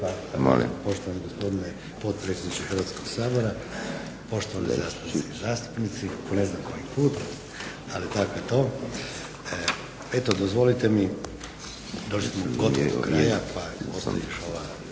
poštovani gospodine potpredsjedniče Hrvatskog sabora, poštovane zastupnice i zastupnici, po ne znam koji put ali tako je to. Eto, dozvolite mi došli smo do kraja pa posljednji